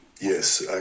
yes